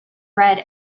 red